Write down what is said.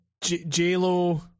J-Lo